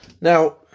Now